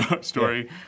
story